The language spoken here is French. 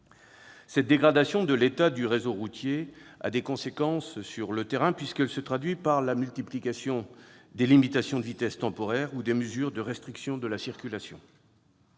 Cette dégradation de l'état du réseau routier a des conséquences sur le terrain, puisqu'elle se traduit par la multiplication des limitations temporaires de vitesse ou des mesures de restriction de la circulation.